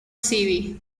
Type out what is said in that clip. city